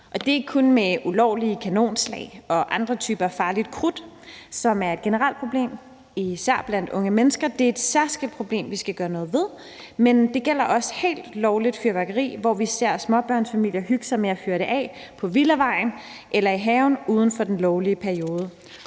Det gælder ikke kun ulovlige kanonslag og andre typer farligt krudt, som er et generelt problem, især blandt unge mennesker – det er et særskilt problem, vi skal gøre noget ved – for det gælder også helt lovligt fyrværkeri, hvor vi ser småbørnsfamilier hygge sig med at fyre det af på villavejen eller i haven uden for den lovlige periode.